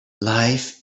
life